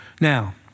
Now